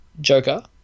Joker